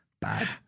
Bad